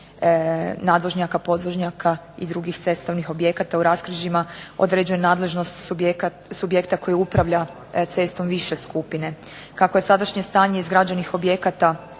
Kako je sadašnje stanje izgrađenih objekata